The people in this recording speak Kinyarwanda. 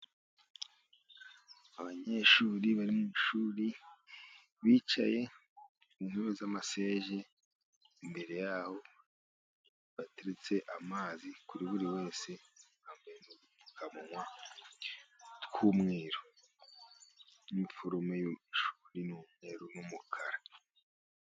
Abanyeshuri bari mu ishuri bicaye ku ntebe z'amasheze, imbere yaho bateretse amazi kuri buri wese, bambaye n'udupfukamunwa tw'umweru iniforume y'ishuri n'umweru n'umukara.